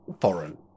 foreign